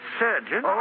surgeon